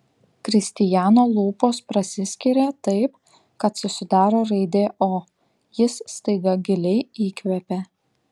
kristijano lūpos prasiskiria taip kad susidaro raidė o jis staiga giliai įkvepia